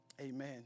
Amen